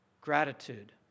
Gratitude